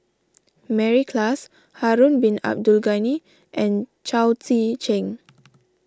Mary Klass Harun Bin Abdul Ghani and Chao Tzee Cheng